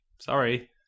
sorry